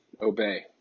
obey